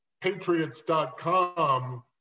patriots.com